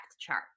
chart